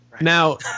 Now